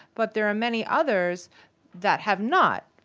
but there are many others that have not.